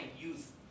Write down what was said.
use